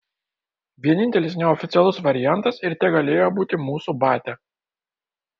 vienintelis neoficialus variantas ir tegalėjo būti mūsų batia